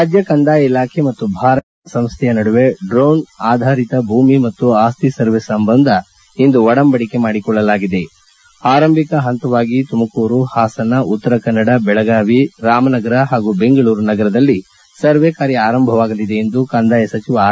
ರಾಜ್ಯ ಕಂದಾಯ ಇಲಾಖೆ ಮತ್ತು ಭಾರತೀಯ ಸರ್ವೇಕ್ಷಣಾ ಸಂಸ್ಥೆಯ ನಡುವೆ ಡ್ರೋನ್ ಆಧಾರಿತ ಭೂಮಿ ಮತ್ತು ಆಸ್ತಿ ಸರ್ವೆ ಸಂಬಂಧ ಇಂದು ಒಡಂಬಡಿಕೆ ಮಾಡಿಕೊಳ್ಳಲಾಗಿದೆ ಆರಂಭಿಕ ಪಂತವಾಗಿ ತುಮಕೂರು ಹಾಸನ ಉತ್ತರಕನ್ನಡ ಬೆಳಗಾವಿ ರಾಮನಗರ ಪಾಗೂ ಬೆಂಗಳೂರು ನಗರದಲ್ಲಿ ಸರ್ವೆ ಕಾರ್ಯ ಆರಂಭವಾಗಲಿದೆ ಎಂದು ಕಂದಾಯ ಸಚಿವ ಆರ್